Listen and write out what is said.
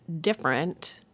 different